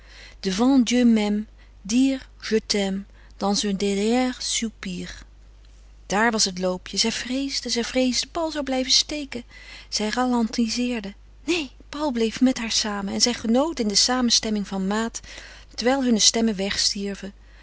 un dernier soupir daar was het loopje zij vreesde zij vreesde paul zou blijven steken zij relentiseerde neen paul bleef met haar samen en zij genoot in de samenstemming van maat terwijl hunne stemmen wegstierven